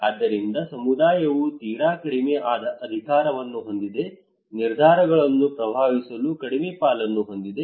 ಆದ್ದರಿಂದ ಸಮುದಾಯವು ತೀರಾ ಕಡಿಮೆ ಅಧಿಕಾರವನ್ನು ಹೊಂದಿದೆ ನಿರ್ಧಾರಗಳನ್ನು ಪ್ರಭಾವಿಸಲು ಕಡಿಮೆ ಪಾಲನ್ನು ಹೊಂದಿದೆ